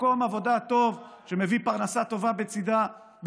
מקום עבודה טוב שמביא פרנסה טובה בצידו,